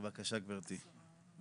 בבקשה גבירתי.